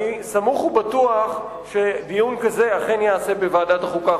אני סמוך ובטוח שדיון כזה אכן ייערך בוועדת החוקה,